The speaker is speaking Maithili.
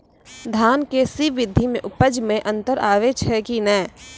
धान के स्री विधि मे उपज मे अन्तर आबै छै कि नैय?